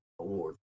Award